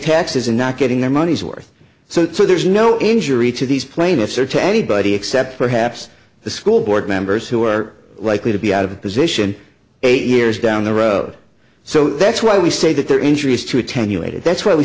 taxes and not getting their money's worth so there's no injury to these plaintiffs or to anybody except perhaps the school board members who are likely to be out of position eight years down the road so that's why we say that there are injuries to attenuate that's why we